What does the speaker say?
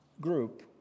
group